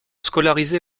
scolarisés